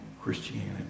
Christianity